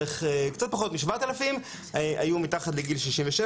קצת פחות מ-7000 היו מתחת לגיל 67,